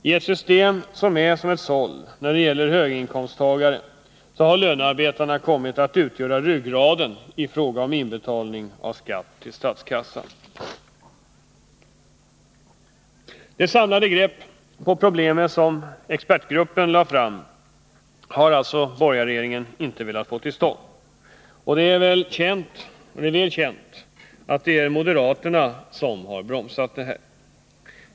I ett system som är som ett såll när det gäller höginkomsttagare har lönarbetarna kommit att utgöra ryggraden i fråga om inbetalning av skatt till statskassan. Det samlade grepp på problemet som expertgruppen lade fram har borgarregeringen alltså inte velat få till stånd, och det är väl känt att det är moderaterna som har bromsat.